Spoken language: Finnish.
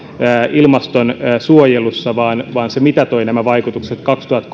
ilmastonsuojelussa vaan vaan mitätöi niiden vaikutukset